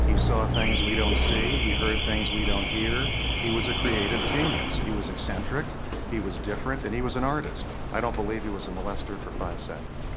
he saw things. we don't see he heard things we don't hear he was a creative genius. he was eccentric he was different and he was an artist i don't believe he was a molester for five seconds